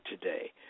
today